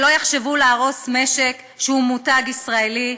ולא יחשבו להרוס משק שהוא מותג ישראלי.